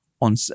on